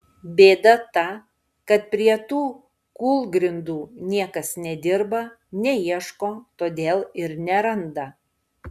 bėda ta kad prie tų kūlgrindų niekas nedirba neieško todėl ir neranda